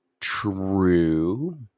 true